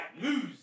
lose